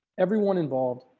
everyone involved,